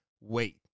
wait